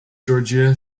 georgia